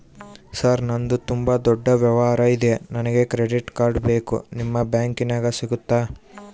Sir ನಂದು ತುಂಬಾ ದೊಡ್ಡ ವ್ಯವಹಾರ ಇದೆ ನನಗೆ ಕ್ರೆಡಿಟ್ ಕಾರ್ಡ್ ಬೇಕು ನಿಮ್ಮ ಬ್ಯಾಂಕಿನ್ಯಾಗ ಸಿಗುತ್ತಾ?